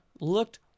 looked